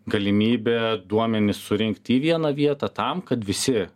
galimybę duomenis surinkti į vieną vietą tam kad visi